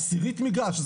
עשירית מגרש?